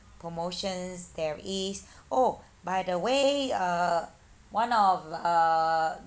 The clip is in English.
promotions there is oh by the way uh one of uh